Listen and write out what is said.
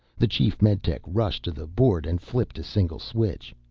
the chief meditech rushed to the board and flipped a single switch.